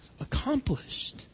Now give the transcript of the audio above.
accomplished